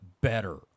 better